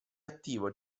attivo